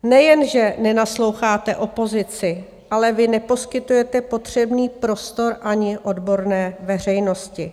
Nejenže nenasloucháte opozici, ale vy neposkytujete potřebný prostor ani odborné veřejnosti.